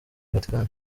vatikani